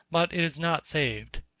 but it is not saved.